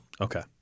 Okay